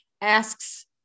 asks